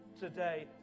today